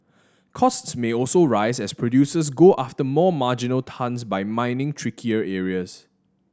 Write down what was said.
costs may also rise as producers go after more marginal tons by mining trickier areas